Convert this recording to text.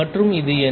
மற்றும் இது என்ன